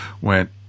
went